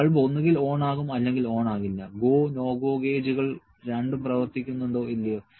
bulb ഒന്നുകിൽ on ആകും അല്ലെങ്കിൽ ഓൺ ആകില്ല GO NO GO ഗേജുകൾ രണ്ടും പ്രവർത്തിക്കുന്നുണ്ടോ ഇല്ലയോ